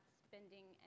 spending